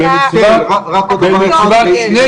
אז אתה אחר כך תגיד שהוא דיבר בלי